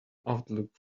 outlook